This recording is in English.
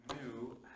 new